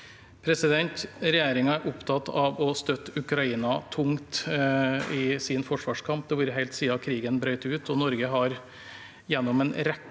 Regjeringen er opptatt av å støtte Ukraina tungt i sin forsvarskamp. Slik har det vært helt siden krigen brøt ut. Norge har gjennom en rekke